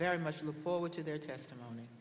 very much look forward to their testimony